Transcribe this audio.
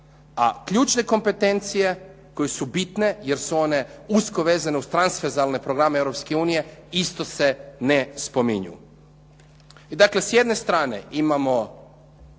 A ključne kompetencije koje su bitne jer su one usko vezane uz transverzalne programe Europske unije isto se ne spominju. Dakle, s jedne strane imamo